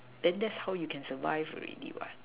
then that's how you can survive already [what]